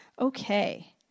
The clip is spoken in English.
Okay